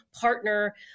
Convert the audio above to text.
partner